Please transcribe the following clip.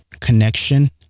connection